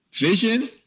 vision